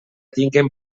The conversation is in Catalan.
tinguen